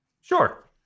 sure